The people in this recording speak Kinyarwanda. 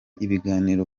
ibiganiro